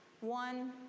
one